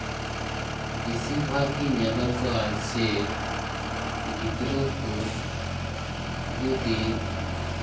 ᱵᱮᱥᱤᱨ ᱵᱷᱟᱜᱽ ᱜᱮ ᱧᱮᱞᱚᱜᱼᱟ ᱡᱮ ᱜᱤᱫᱽᱨᱟᱹ ᱠᱚ ᱡᱩᱫᱤ